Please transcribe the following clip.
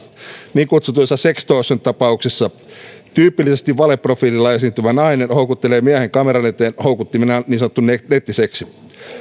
niin kutsutuissa sextortion tapauksissa tyypillisesti valeprofiililla esiintyvä nainen houkuttelee miehen kameran eteen houkuttimenaan niin sanottu nettiseksi